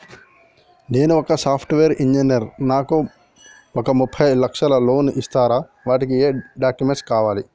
నేను ఒక software engineer నాకు ఒక ముప్పై లక్షల లోన్ ఇస్తరా? వాటికి ఏం డాక్యుమెంట్స్ కావాలి?